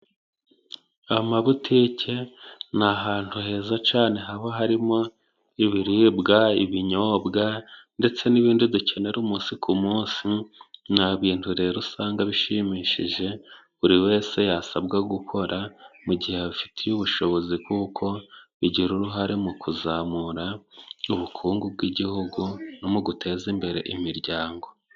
Amabutike ni ahantu heza cyane haba harimo ibiribwa, ibinyobwa, ndetse n'ibindi dukenera umunsi ku munsi. Nta bintu rero usanga bishimishije buri wese yasabwa gukora mu gihe afitiye ubushobozi, kuko bigira uruhare mu kuzamura ubukungu bw'igihugu no mu guteza imbere imiryango.